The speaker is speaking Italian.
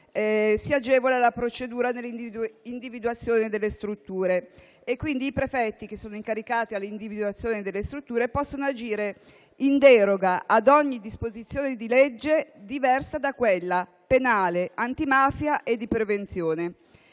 si agevoli la procedura dell'individuazione delle strutture. Quindi i prefetti, che sono incaricati dell'individuazione delle strutture, possono agire in deroga a ogni disposizione di legge diversa da quella penale, antimafia e di prevenzione.